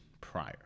prior